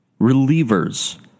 relievers